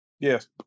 Yes